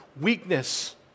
weakness